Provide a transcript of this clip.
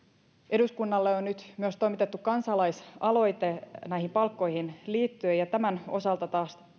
eduskunnalle on nyt myös toimitettu kansalaisaloite näihin palkkoihin liittyen ja tämän osalta taas